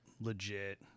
legit